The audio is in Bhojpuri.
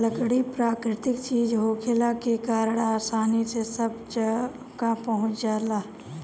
लकड़ी प्राकृतिक चीज होखला के कारण आसानी से सब तक पहुँच जाला